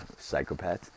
psychopaths